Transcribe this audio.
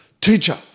teacher